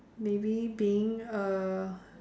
maybe being a